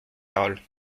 parole